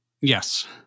Yes